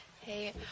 Hey